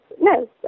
no